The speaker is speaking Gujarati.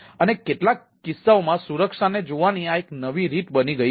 અને કેટલાક કિસ્સાઓમાં સુરક્ષા ને જોવાની આ એક નવી રીત બની ગઈ છે